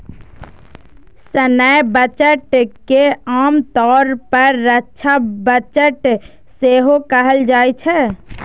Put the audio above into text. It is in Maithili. सैन्य बजट के आम तौर पर रक्षा बजट सेहो कहल जाइ छै